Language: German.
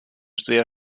sehr